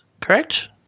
Correct